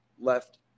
left